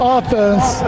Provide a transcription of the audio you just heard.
Offense